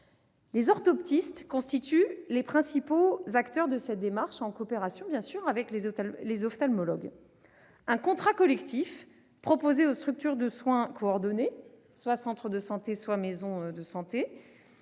Les orthoptistes constituent les principaux acteurs de cette démarche, en coopération avec les ophtalmologues. Un contrat collectif, proposé aux structures de soins coordonnées- centres et maisons de santé